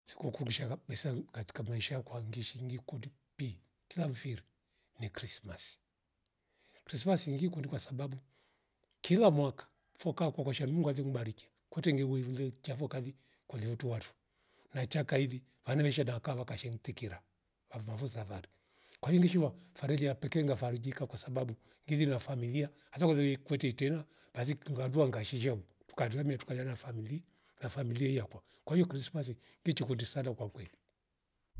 Siko kurishaka besalu katika maisha yakwe ngeshingi kundip kila mfiri ni krismasi, krismasi ngilikundi kwasabbu kila foka kwa kusha mungu ngaturubariki kwete ngweile chavokali kweve utu watu na chai kaili vale wesha daka wakashentikiara wa vrovro vasanda kwamvisha farilia peke nga farijika kwasabu ngivi na familia asa ulie kwetete tera basi kungadua ngaishishavo tukandiame tukaje na famili- ngafamilia yakwa kwaio krsimasi ngi chikundi sana kwake